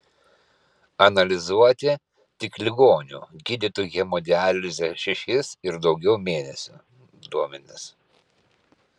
analizuoti tik ligonių gydytų hemodialize šešis ir daugiau mėnesių duomenys